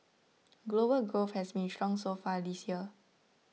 global growth has been strong so far this year